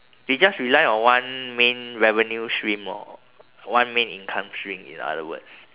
they just rely on one main revenue stream lor one main income stream in other words